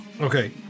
Okay